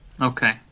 Okay